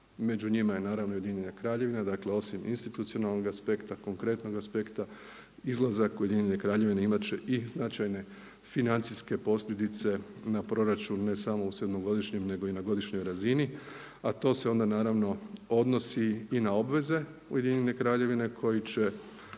Među njima je naravno i UK. Dakle, osim institucionalnog aspekta konkretnog aspekta izlazak UK-a imat će i značajne financijske posljedice na ne samo u 7-godišnjem nego i na godišnjoj razini, a to se onda naravno odnosi i na obveze UK-a koji će